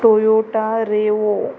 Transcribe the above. Toyota रेवो